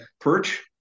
perch